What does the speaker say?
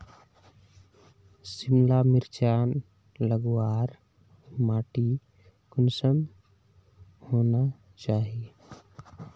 सिमला मिर्चान लगवार माटी कुंसम होना चही?